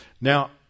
Now